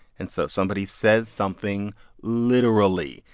and so somebody says something literally,